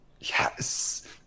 Yes